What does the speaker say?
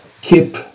Keep